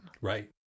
Right